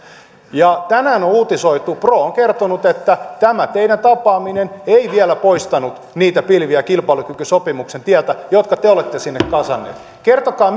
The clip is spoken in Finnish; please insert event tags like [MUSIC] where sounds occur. tänään on uutisoitu että pro on kertonut että tämä teidän tapaamisenne ei vielä poistanut niitä pilviä kilpailukykysopimuksen tieltä jotka te olette sinne kasanneet kertokaa [UNINTELLIGIBLE]